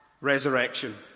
resurrection